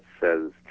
says